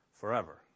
forever